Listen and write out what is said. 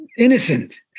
Innocent